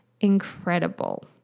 incredible